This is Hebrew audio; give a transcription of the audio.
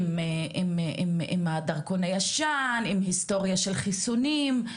עם הדרכון הישן, עם היסטוריה של חיסונים.